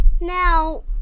now